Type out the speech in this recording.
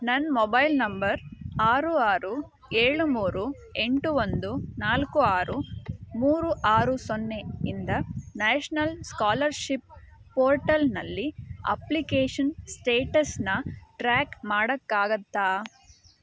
ನನ್ನ mobile number ಆರು ಆರು ಏಳು ಮೂರು ಎಂಟು ಒಂದು ನಾಲ್ಕು ಆರು ಮೂರು ಆರು ಸೊನ್ನೆಯಿಂದ ನ್ಯಾಷನಲ್ ಸ್ಕಾಲರ್ಷಿಪ್ ಪೋರ್ಟಲ್ನಲ್ಲಿ ಅಪ್ಲಿಕೇಷನ್ ಸ್ಟೇಟಸನ್ನ ಟ್ರ್ಯಾಕ್ ಮಾಡೋಕ್ಕಾಗತ್ತಾ